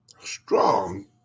strong